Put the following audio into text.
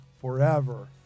forever